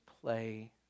play